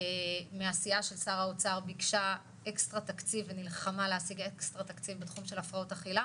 בלי לדעת את המצב הבריאותי.